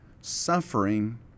suffering